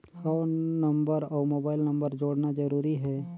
हव नंबर अउ mobile number जोड़ना जरूरी हे?